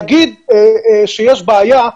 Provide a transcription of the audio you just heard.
להגיד שיש בעיה,